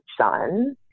son